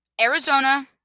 Arizona